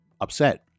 Upset